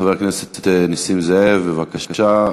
חבר הכנסת נסים זאב, בבקשה.